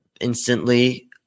instantly